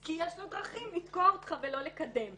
כי יש לו דרכים לתקוע אותך ולא לקדם.